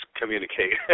communicate